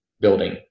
building